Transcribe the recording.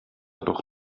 doch